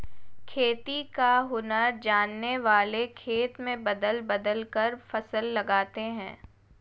खेती का हुनर जानने वाले खेत में बदल बदल कर फसल लगाते हैं